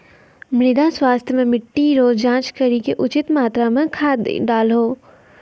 मृदा स्वास्थ्य मे मिट्टी रो जाँच करी के उचित मात्रा मे खाद डालहो